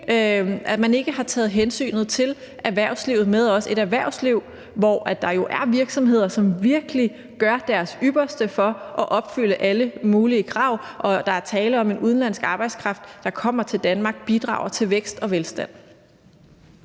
at man ikke har taget hensynet til erhvervslivet med også – et erhvervsliv, hvor der jo er virksomheder, som virkelig gør deres ypperste for at opfylde alle mulige krav. Der er tale om udenlandsk arbejdskraft, der kommer til Danmark og bidrager til vækst og velstand.